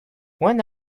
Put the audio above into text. when